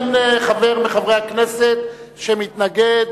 אין חבר מחברי הכנסת שמתנגד,